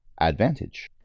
advantage